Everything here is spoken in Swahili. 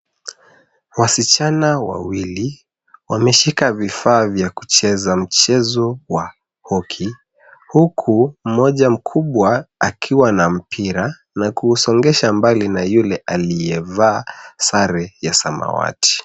Wasichana wawili wameshika vifaa vya kucheza mchezo wa hockey , huku mmoja mkubwa akiwa na mpira na kuusongesha mbali na yule aliyevaa sare ya samawati.